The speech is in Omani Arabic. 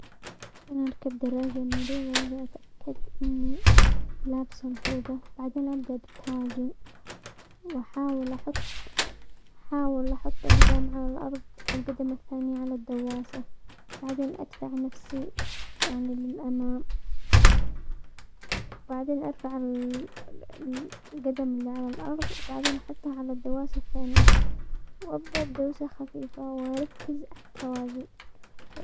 عشان اركب دراجة نارية ضروري اتأكد اني لابسة الخوذة، بعدين ابدأ بالتوازن واحاول احط احاول احط قدم على الارض والقدم الثانية على الدواسة، بعدين ادفع نفسي يعني للامام، وبعدين ارفع القدم اللي على الارض، وبعدين احطها على الدواسة الثانية،، وابدأ بدوسة خفيفة واركز على التوازن.